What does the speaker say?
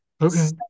Okay